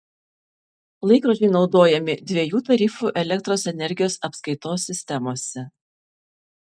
laikrodžiai naudojami dviejų tarifų elektros energijos apskaitos sistemose